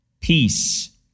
peace